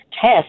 test